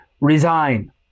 resign